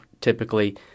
Typically